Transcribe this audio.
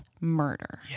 Murder